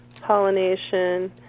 pollination